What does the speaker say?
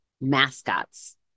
mascots